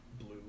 blue